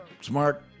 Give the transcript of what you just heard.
smart